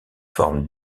forme